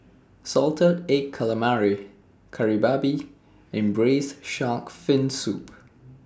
Salted Egg Calamari Kari Babi and Braised Shark Fin Soup